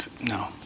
no